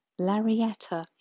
Larietta